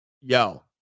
Yo